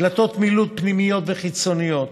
דלתות מילוט פנימיות וחיצוניות,